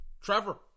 Trevor